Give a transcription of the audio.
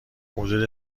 حدود